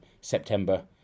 September